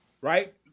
right